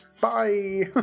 bye